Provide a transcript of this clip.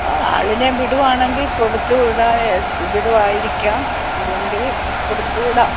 ആ അളിനേ വിടുവാണെങ്കിൽ കൊടുത്ത് വിടാം ഉചിതവായിരിക്കാം അല്ലെങ്കിൽ കൊടുത്ത് വിടാം